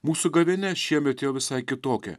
mūsų gavėnia šiemet jau visai kitokia